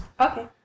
Okay